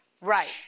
right